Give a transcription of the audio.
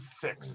six